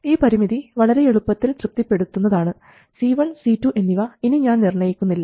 ഈ പരിമിതി വളരെയെളുപ്പത്തിൽ തൃപ്തിപ്പെടുത്തുന്നതാണ് C1 C2 എന്നിവ ഇനി ഞാൻ നിർണയിക്കുന്നില്ല